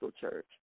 church